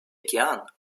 океан